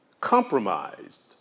compromised